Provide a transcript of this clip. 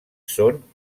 són